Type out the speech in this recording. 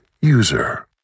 User